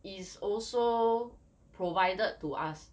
is also provided to us